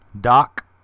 Doc